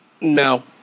No